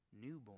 newborn